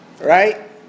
Right